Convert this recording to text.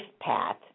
path